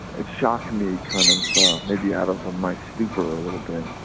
it shock me kind of maybe out of my stupor a little bit.